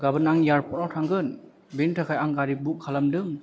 गाबोन आं एयारपर्ट आव थांगोन बेनि थाखाय आं बुक खालामदों